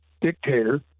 dictator